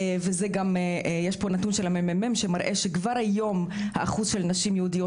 וזה גם יש פה נתון של ה-ממ"מ שמראה שכבר היום אחוז לנשים יהודיות